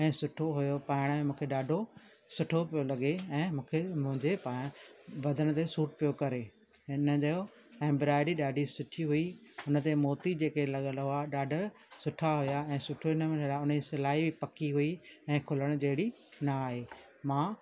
ऐं सुठो हुओ पाइण में मूंखे ॾाढो सुठो पियो लॻे ऐं मूंखे मुंहिंजे पाइण बदन ते सूट पियो करे इन जो एंब्राइडरी ॾाढी सुठी हुई उनते मोती जेके लॻल हुआ ॾाढा सुठा हुआ ऐं सुठे नमूने सां उन जी सिलाई बि पकी हुई ऐं खुलणु जहिड़ी न आहे मां